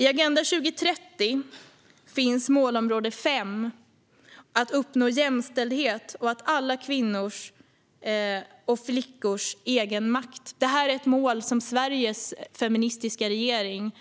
I Agenda 2030 finns målområde 5 om att "uppnå jämställdhet, och alla kvinnors och flickors egenmakt". Sveriges feministiska regering